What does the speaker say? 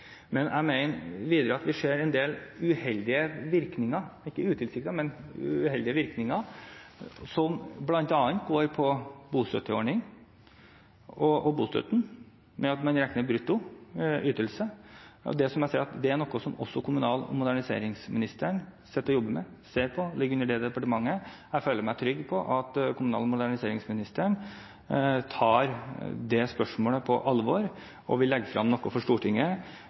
Men jeg mener videre at vi ser en del ikke utilsiktede, men uheldige virkninger som bl.a. går på bostøtteordning og bostøtte, ved at en regner med brutto ytelse. Det er noe som kommunal- og moderniseringsministeren sitter og jobber med – det ligger under det departementet. Jeg føler meg trygg på at kommunal- og moderniseringsministeren tar det spørsmålet på alvor og vil legge frem noe for Stortinget